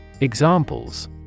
Examples